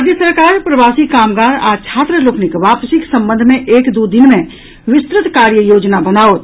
राज्य सरकार प्रवासी कामगार आ छात्र लोकनिक वापसीक संबंध मे एक दू दिन मे विस्तृत कार्य योजना बनाओत